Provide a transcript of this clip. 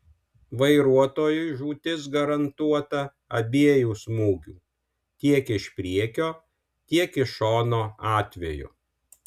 vairuotojui žūtis garantuota abiejų smūgių tiek iš priekio tiek iš šono atveju